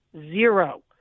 Zero